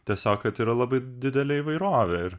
tiesiog kad yra labai didelė įvairovė ir